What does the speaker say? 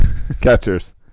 Catchers